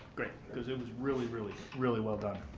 great. cause it was really, really, really well done.